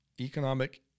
economic